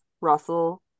russell